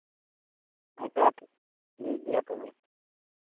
ᱟᱪᱪᱷᱟ ᱴᱷᱤᱠ ᱜᱮᱭᱟ ᱛᱚᱵᱮ